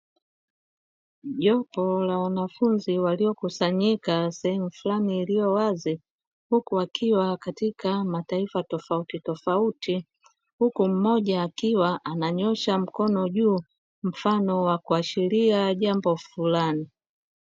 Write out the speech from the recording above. Jopo la wanafunzi waliokusanyika sehemu fulani iliyo wazi, huku akiwa katika mataifa tofautitofauti; huku mmoja akiwa ananyosha mkono juu mfano wa kuashiria jambo fulani.